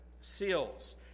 seals